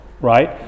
right